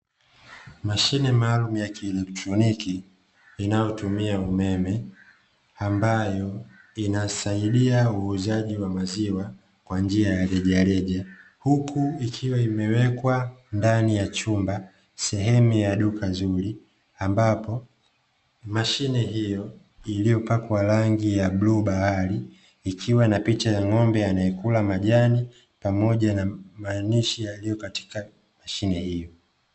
Mashine maalumu ya kielektroniki inayotumia umeme, ambayo inasaidia uuzaji wa maziwa kwa njia ya rejareja, huku ikiwa imewekwa ndani ya chumba sehemu ya duka zuri, ambapo mashine hiyo iliyopakwa rangi ya bluu bahari ikiwa ina picha ya ng'ombe anayekula majani pamoja na maandishi yaliyo katika mashine hiyo.